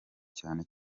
cyane